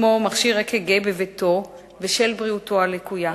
כמו מכשיר אק"ג בביתו, בשל בריאותו הלקויה.